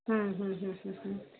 हम्म हम्म हम्म हम्म